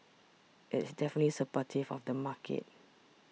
it's definitely supportive of the market